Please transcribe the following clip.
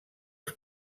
els